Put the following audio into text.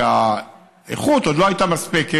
כי האיכות עוד לא הייתה מספקת,